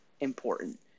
important